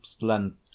length